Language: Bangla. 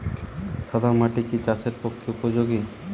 সাদা মাটি কি চাষের পক্ষে উপযোগী?